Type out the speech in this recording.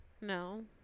No